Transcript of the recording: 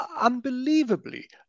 unbelievably